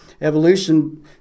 Evolution